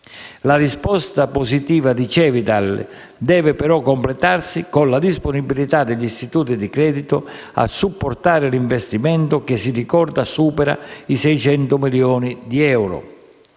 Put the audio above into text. La risposta positiva di Cevital deve però completarsi con la disponibilità degli istituti di credito a supportare l'investimento che, si ricorda, supererà i 600 milioni di euro.